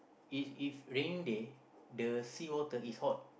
is if raining day the sea water is hot